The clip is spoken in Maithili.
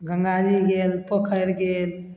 गंगा जी गेल पोखरि गेल